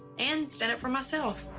and stand up for myself.